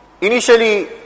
initially